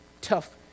tough